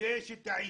ויודה ש'טעיתי'.